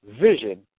vision